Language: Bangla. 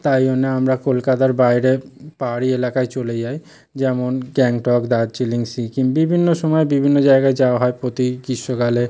তাই জন্যে আমরা কলকাতার বাইরে পাহাড়ি এলাকায় চলে যাই যেমন গ্যাংটক দার্জিলিং সিকিম বিভিন্ন সময় বিভিন্ন জায়গায় যাওয়া হয় প্রতি গীষ্মকালে